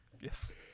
Yes